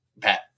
Pat